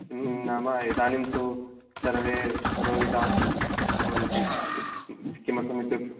नाम इदानीं तु सर्वे रुदिताः भवन्ति किमर्थम् इत्युक्ते